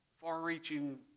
far-reaching